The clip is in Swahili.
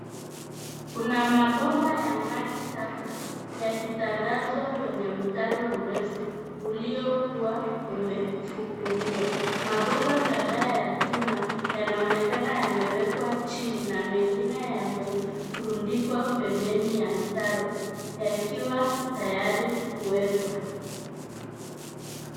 Kuna mabomba ya maji taka yakitandazwa kwenye mtaro mrefu uliyokuwa umefukuliwa. Mabomba kadhaa ya chuma yanaonekana yamewekwa chini na mengine yamerundikwa pembeni ya mtaro yakiwa tayari kuwekwa.